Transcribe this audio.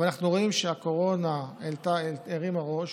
אבל אנחנו רואים שהקורונה הרימה ראש,